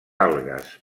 algues